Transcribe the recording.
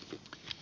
pit